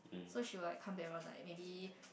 so she will like back around nine maybe